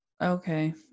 Okay